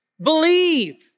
believe